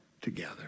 together